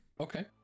Okay